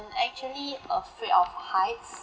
actually afraid of heights